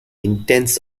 intense